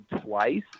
twice